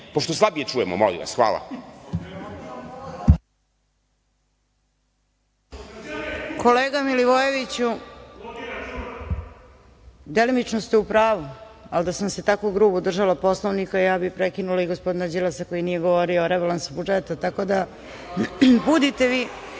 pošto slabije čujemo, molim vas? Hvala. **Snežana Paunović** Kolega, Milivojeviću delimično ste u pravu, ali da sam se tako grubo držala Poslovnika ja bih prekinula i gospodina Đilasa koji nije govorio o rebalansu budžeta. Da li vidite kako